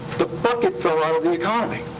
the bucket fell out of the economy.